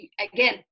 Again